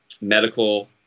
medical